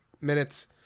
minutes